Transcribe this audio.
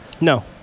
No